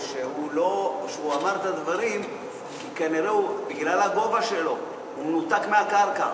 שהוא אמר את הדברים כי כנראה בגלל הגובה שלו הוא מנותק מהקרקע.